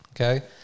okay